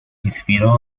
inspiró